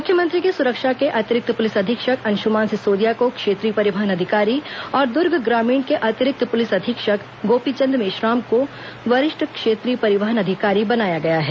मुख्यमंत्री सुरक्षा के अतिरिक्त पुलिस अधीक्षक अंशुमान सिसोदिया को क्षेत्रीय परिवहन अधिकारी और दुर्ग ग्रामीण के अतिरिक्त पुलिस अधीक्षक गोपीचंद मेश्राम को वरिष्ठ क्षेत्रीय परिवहन अधिकारी बनाया गया है